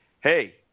hey